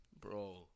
Bro